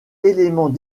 éléments